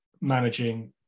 managing